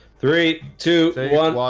three two one